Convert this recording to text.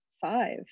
five